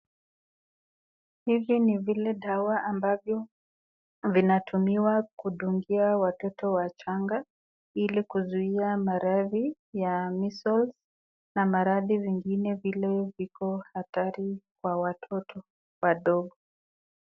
Hivi ni zile dawa ambavyo vinatumiwa kudungia watoto wachanga ili kuzuia maradhi ya measles na maradhi zingine zile ziko hatari kwa watoto.